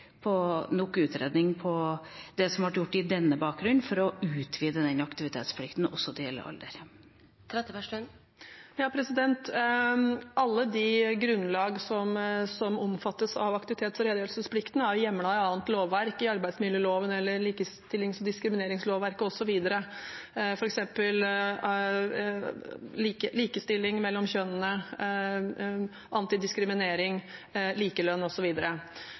på et senere tidspunkt. Vi mener vi ikke har nok utredning av det på den bakgrunnen som foreligger, til å utvide aktivitetsplikten til også å gjelde alder. Alle de grunnlag som omfattes av aktivitets- og redegjørelsesplikten, er hjemlet i annet lovverk, i arbeidsmiljøloven eller likestillings- og diskrimineringslovverket osv., f.eks. likestilling mellom kjønnene, antidiskriminering, likelønn